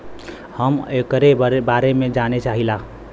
हम एकरे बारे मे जाने चाहीला?